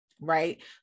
Right